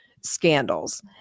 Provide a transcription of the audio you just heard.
scandals